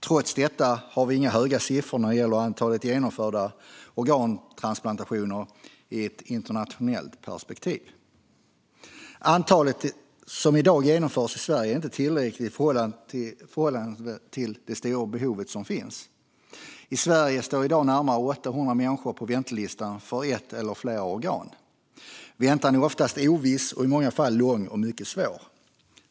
Trots detta har vi inga höga siffror när det gäller antalet genomförda organtransplantationer i ett internationellt perspektiv. Det antal som i dag genomförs i Sverige är inte tillräckligt i förhållande till det stora behov som finns. I Sverige står i dag närmare 800 människor på väntelistan för ett eller flera organ. Väntan är oftast oviss och i många fall lång och mycket svår.